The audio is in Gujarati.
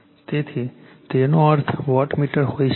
તેથી તેનો અર્થ વોટમીટર હોઈ શકે છે